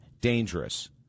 dangerous